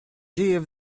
dzieje